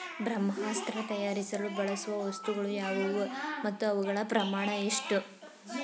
ಬ್ರಹ್ಮಾಸ್ತ್ರ ತಯಾರಿಸಲು ಬಳಸುವ ವಸ್ತುಗಳು ಯಾವುವು ಮತ್ತು ಅವುಗಳ ಪ್ರಮಾಣ ಎಷ್ಟು?